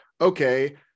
okay